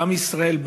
כעם ישראל,